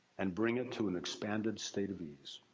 and bring it to an expanded state of ease.